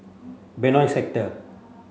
Benoi Sector